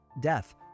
death